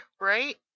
right